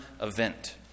event